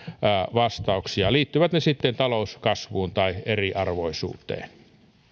vastauksia liittyvät ne sitten talouskasvuun tai eriarvoisuuteen